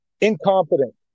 Incompetent